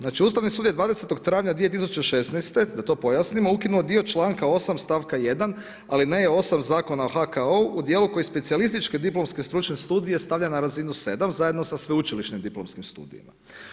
Znači, Ustavni sud je 20. travnja 2016. da to pojasnimo ukinio dio članka 8. stavka 1. alineje 8. Zakona o HKO-u u dijelu koji specijalističke diplomske stručne studije stavlja na razinu 7. zajedno sa sveučilišnim diplomskim studijima.